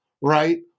right